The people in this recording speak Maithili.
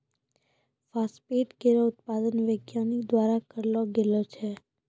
फास्फेट केरो उत्पादन वैज्ञानिक द्वारा करलो गेलो छै